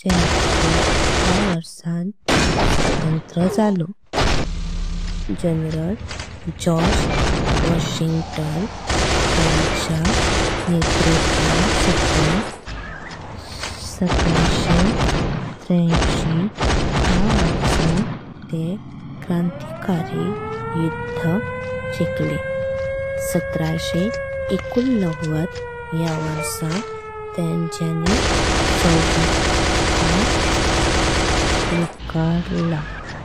सहेत्तर। या वर्षां स्वतंत्र जलो जनरल जॉर्ज वॉशिंग्टन ह्यांच्य। नेतृत्वा साकैल सत्राशे त्रेसेंशी या वर्षां ते क्रांतिकारी युद्ध जिकलें। सत्राशे एकूनणाण्णवट या वर्षां तेंचो संविधान स्वीकारलो।